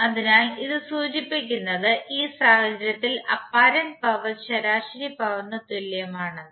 അതിനാൽ ഇത് സൂചിപ്പിക്കുന്നത് ഈ സാഹചര്യത്തിൽ അപ്പാരന്റ പവർ ശരാശരി പവറിനു തുല്യമാണെന്ന്